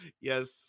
Yes